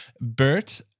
Bert